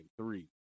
three